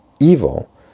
evil